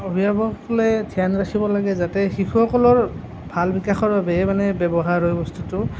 অভিভাৱকসকলে ধ্যান ৰাখিব লাগে যাতে শিশুসকলৰ ভাল বিকাশৰ বাবে মানে ব্যৱহাৰ হয় বস্তুটো